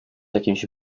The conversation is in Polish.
jakimś